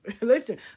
Listen